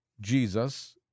Jesus